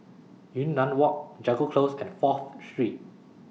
Yunnan Walk Jago Close and Fourth Street